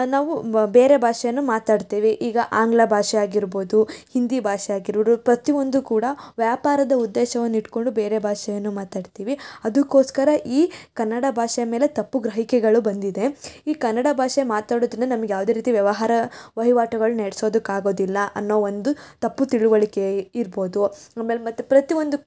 ನಾವು ಬೇರೆ ಭಾಷೆಯನ್ನು ಮಾತಾಡ್ತೀವಿ ಈಗ ಆಂಗ್ಲ ಭಾಷೆ ಆಗಿರ್ಬೋದು ಹಿಂದಿ ಭಾಷೆ ಆಗಿರುದು ಪ್ರತಿಯೊಂದು ಕೂಡ ವ್ಯಾಪಾರದ ಉದ್ದೇಶವನ್ನು ಇಟ್ಟುಕೊಂಡು ಬೇರೆ ಭಾಷೆಯನ್ನು ಮಾತಾಡ್ತೀವಿ ಅದಕ್ಕೋಸ್ಕರ ಈ ಕನ್ನಡ ಭಾಷೆಯ ಮೇಲೆ ತಪ್ಪು ಗ್ರಹಿಕೆಗಳು ಬಂದಿದೆ ಈ ಕನ್ನಡ ಭಾಷೆ ಮಾತಾಡೋದನ್ನು ನಮಗೆ ಯಾವುದೇ ರೀತಿ ವ್ಯವಹಾರ ವಹಿವಾಟುಗಳು ನೆಡ್ಸೋದಕ್ಕೆ ಆಗೋದಿಲ್ಲ ಅನ್ನೋ ಒಂದು ತಪ್ಪು ತಿಳಿವಳಿಕೆ ಇರ್ಬೋದು ಆಮೇಲೆ ಮತ್ತೆ ಪ್ರತಿಯೊಂದು